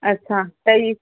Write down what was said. अच्छा त ही